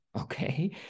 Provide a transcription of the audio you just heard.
Okay